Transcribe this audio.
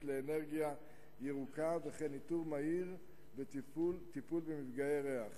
לאנרגיה ירוקה וכן באיתור מהיר של מפגעי ריח